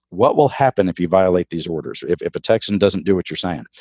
what will happen if you violate these orders if if a texan doesn't do what you're saying?